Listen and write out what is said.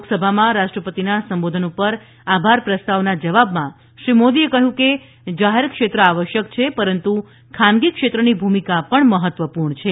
લોકસભામાં રાષ્ટ્રપતિના સંબોધન પર આભાર પ્રસ્તાવના જવાબમાં શ્રી મોદીએ કહ્યું કે જાહેર ક્ષેત્ર આવશ્યક છે પરંતુ ખાનગી ક્ષેત્રની ભૂમિકા પણ મહત્વપૂર્ણ છે